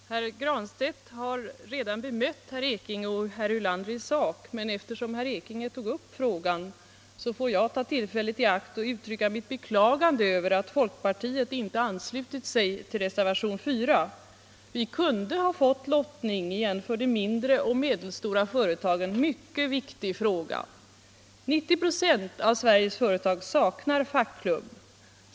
Herr talman! Herr Granstedt har redan bemött herrar Ekinge och Ulander i sak, men eftersom herr Ekinge tog upp frågan får jag ta detta tillfälle i akt att uttrycka mitt beklagande över att folkpartiet inte anslutit sig till reservationen 54. Vi kunde ha fått lottning i en för de mindre och medelstora företagen viktig fråga. 90 ”o av Sveriges företag saknar fackklubb.